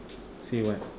say what